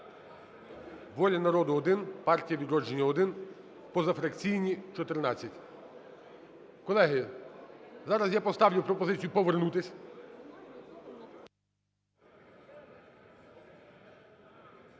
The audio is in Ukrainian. "Воля народу" – 1, "Партія "Відродження" – 1, позафракційні – 14. Колеги, зараз я поставлю пропозицію повернутись.